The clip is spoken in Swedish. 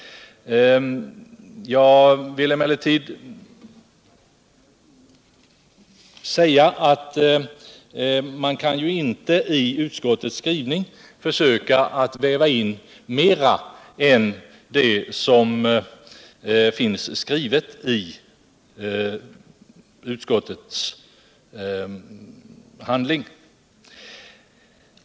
Men man kan ju i utskottets skrivning inte väva in mera än vad som finns i betänkandet.